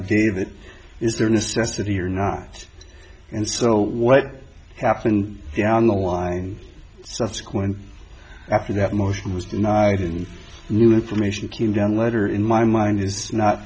affidavit is there necessity or not and so what happened down the line subsequent after that motion was denied and new information came down later in my mind is not